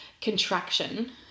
contraction